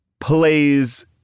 plays